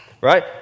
right